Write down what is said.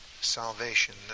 salvation